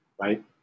right